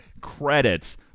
credits